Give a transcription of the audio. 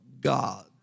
God